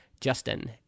Justin